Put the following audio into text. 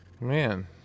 Man